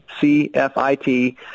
C-F-I-T